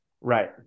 Right